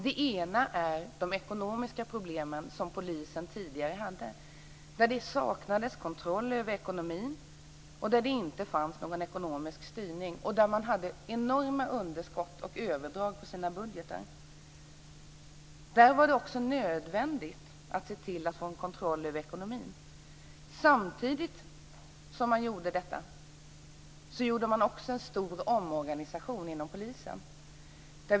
Den ena är de ekonomiska problemen som polisen tidigare hade. Det saknades kontroll över ekonomin och det fanns inte någon ekonomisk styrning. Underskotten i och överdragen av budgeten var enorma. Då var det nödvändigt att se till att få kontroll över ekonomin. Samtidigt genomförde man också en stor omorganisation inom polisen.